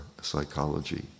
psychology